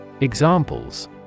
Examples